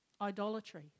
Idolatry